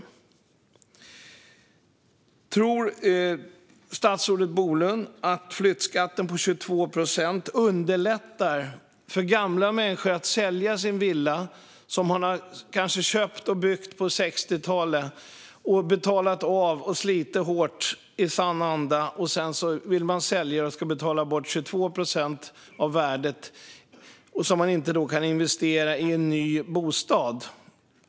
Tror statsrådet Bolund att flyttskatten på 22 procent underlättar för gamla människor att sälja sin villa? De kanske har köpt och byggt villan på 60talet, betalat av och slitit hårt i samma anda. När de sedan vill sälja ska de betala 22 procent av värdet, som de då inte kan investera i en ny bostad.